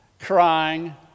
crying